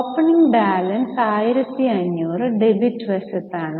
opening balance 1500 debit വശത്താണ്